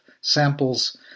samples